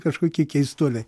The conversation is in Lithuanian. kažkokie keistuoliai